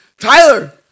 Tyler